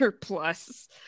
plus